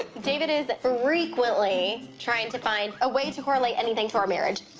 david is frequently trying to find a way to correlate anything to our marriage.